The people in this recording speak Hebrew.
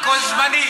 מוטי, הכול זמני.